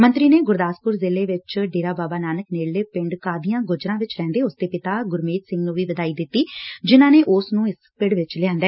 ਮੰਤਰੀ ਨੇ ਗੁਰਦਾਸਪੁਰ ਜ਼ਿਲ੍ਹੇ ਵਿੱਚ ਡੇਰਾ ਬਾਬਾ ਨਾਨਕ ਨੇੜਲੇ ਪਿੰਡ ਕਾਦੀਆਂ ਗੁੱਜਰਾਂ ਵਿੱਚ ਰਹਿਦੇ ਉਸ ਦੇ ਪਿਤਾ ਗੁਰਮੇਜ ਸਿੰਘ ਨੁੰ ਵੀ ਵਧਾਈ ਦਿੱਤੀ ਜਿਨਾਂ ਨੇ ਉਸ ਨੁੰ ਖੇਡ ਪਿੜ ਵਿੱਚ ਲਿਆਂਦਾ